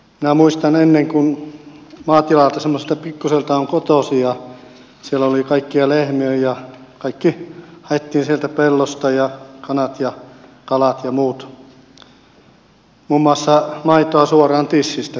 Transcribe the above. minä muistan ennen kun semmoiselta pikkuiselta maatilalta olen kotoisin ja siellä oli lehmiä kaikki haettiin sieltä pellosta ja kanat ja kalat ja muut muun muassa maitoa suoraan tissistä